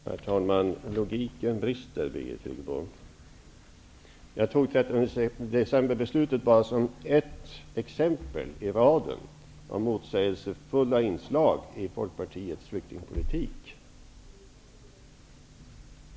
Herr talman! Det är brist på logik, Birgit Friggebo. Jag tog 13 december-beslutet som ett exempel i raden av motsägelsefulla inslag i Folkpartiets flyktingpolitik.